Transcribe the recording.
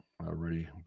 Already